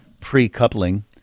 pre-coupling